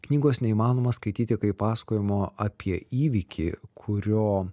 knygos neįmanoma skaityti kaip pasakojimo apie įvykį kurio